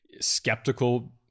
skeptical